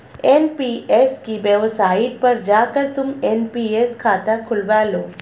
NPS की website पर जाकर तुम एन.पी.एस खाता खुलवा लो